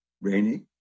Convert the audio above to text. rainy